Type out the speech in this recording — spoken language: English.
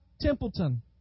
Templeton